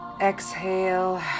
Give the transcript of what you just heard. Exhale